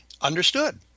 Understood